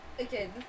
okay